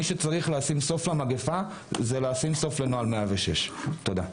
מי שצריך לשים סוף למגפה זה לשים סוף לנוהל 106. תודה.